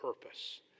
purpose